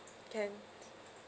can